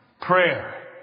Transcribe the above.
prayer